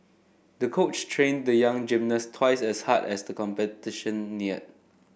the coach trained the young gymnast twice as hard as the competition neared